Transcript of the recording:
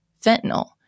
fentanyl